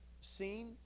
seen